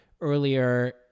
earlier